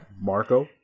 Marco